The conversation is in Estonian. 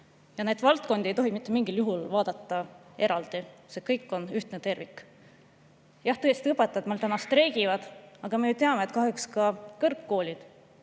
Neid valdkondi ei tohi mitte mingil juhul vaadata eraldi, see kõik on ühtne tervik. Jah, tõesti, õpetajad meil täna streigivad, aga me ju teame, et kahjuks ka kõrgkoolid